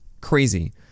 Crazy